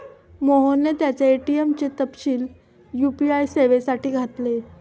मोहनने त्याचे ए.टी.एम चे तपशील यू.पी.आय सेवेसाठी घातले